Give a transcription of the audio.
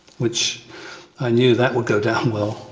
which i knew that would go down well.